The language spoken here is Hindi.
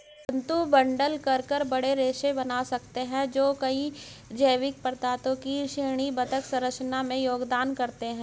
तंतु बंडल करके बड़े रेशे बना सकते हैं जो कई जैविक पदार्थों की श्रेणीबद्ध संरचना में योगदान करते हैं